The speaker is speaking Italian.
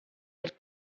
del